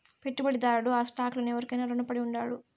పెట్టుబడిదారుడు ఆ స్టాక్ లను ఎవురికైనా రునపడి ఉండాడు